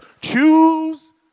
Choose